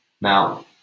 Now